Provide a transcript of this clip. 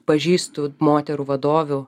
pažįstu moterų vadovių